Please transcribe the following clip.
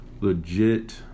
legit